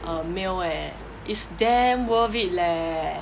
err meal eh it's damn worth it leh